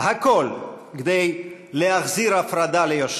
הכול כדי להחזיר הפרדה ליושנה.